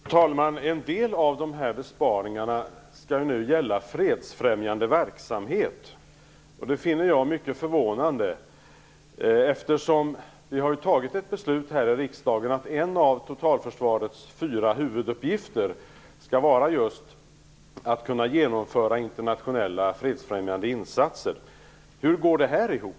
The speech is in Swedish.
Fru talman! En del av de här besparingarna skall nu gälla fredsfrämjande verksamhet. Det finner jag mycket förvånande. Vi har ju fattat ett beslut här i riksdagen om att en av totalförsvarets fyra huvuduppgifter skall vara just att kunna genomföra internationella fredsfrämjande insatser. Hur går det här ihop?